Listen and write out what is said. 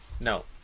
No